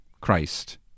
Christ